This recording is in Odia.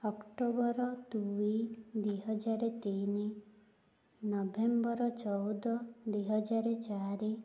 ଅକ୍ଟୋବର ଦୁଇ ଦୁଇ ହଜାର ତିନି ନଭେମ୍ବର ଚଉଦ ଦୁଇ ହଜାର ଚାରି